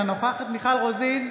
אינה נוכחת מיכל רוזין,